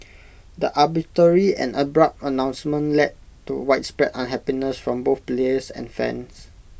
the arbitrary and abrupt announcement led to widespread unhappiness from both players and fans